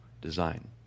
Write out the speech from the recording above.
design